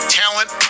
talent